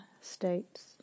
states